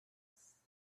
vase